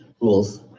rules